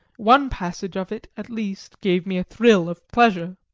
one passage of it, at least, gave me a thrill of pleasure.